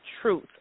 truth